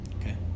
Okay